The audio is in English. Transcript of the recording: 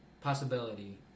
possibility